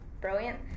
brilliant